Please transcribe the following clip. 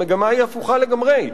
המגמה היא הפוכה לגמרי.